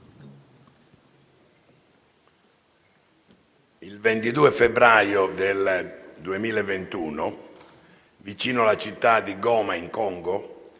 Il 22 febbraio 2021, vicino alla città di Goma, in Congo,